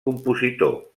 compositor